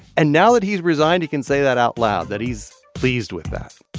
and now that he's resigned, he can say that out loud that he's pleased with that